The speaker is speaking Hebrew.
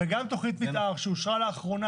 -- וגם תכנית מתאר שאושרה לאחרונה,